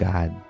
God